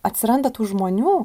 atsiranda tų žmonių